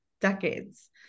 decades